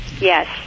Yes